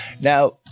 Now